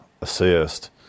assist